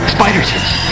Spiders